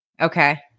Okay